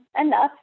enough